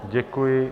Děkuji.